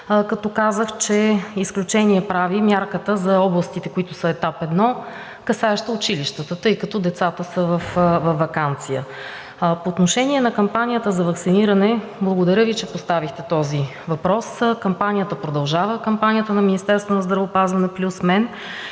като казах, че изключение прави мярката за областите, които са етап 1, касаеща училищата, тъй като децата са във ваканция. По отношение на кампанията за ваксиниране, благодаря Ви, че поставихте този въпрос. Кампанията продължава, кампанията на Министерството на здравеопазването „+ мен“,